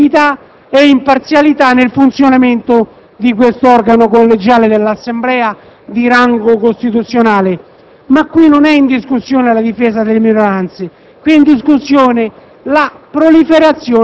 la massima obiettività ed imparzialità nel funzionamento di questo organo collegiale dell'Assemblea, di rango costituzionale. Ma qui non è in discussione la difesa delle minoranze, ma la proliferazione